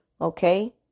okay